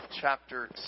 chapter